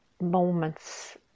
moments